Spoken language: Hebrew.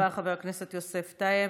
תודה רבה לחבר הכנסת יוסף טייב.